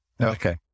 Okay